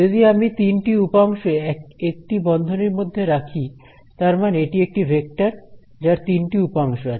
যদি আমি তিনটি উপাংশ একটি বন্ধনীর মধ্যে রাখি তার মানে এটি একটি ভেক্টর যার তিনটি উপাংশ আছে